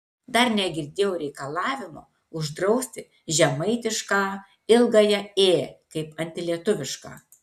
dar negirdėjau reikalavimo uždrausti žemaitišką ilgąją ė kaip antilietuvišką